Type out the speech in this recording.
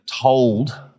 told